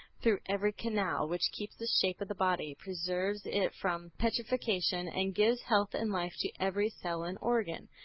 through every canal, which keeps the shape of the body, preserves it from putrefaction, and gives health and life to every cell and organ.